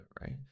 Right